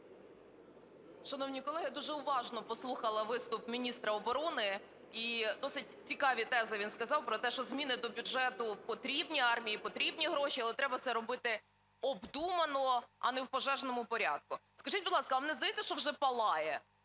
Шановні колеги, я дуже уважно послухала виступ міністра оборони. І досить цікаві тези він сказав про те, що зміни до бюджету потрібні, армії потрібні гроші, але треба це робити обдумано, а не в пожежному порядку. Скажіть, будь ласка, а вам не здається, що вже палає,